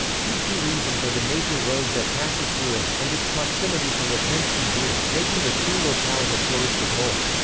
two key reasons are the major road that passes through it, and its proximity to lepenski vir, making making the two locales a touristic whole.